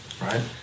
Right